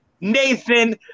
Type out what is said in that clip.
Nathan